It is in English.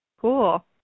Cool